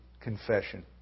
confession